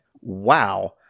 wow